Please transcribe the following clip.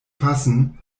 fassen